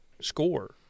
score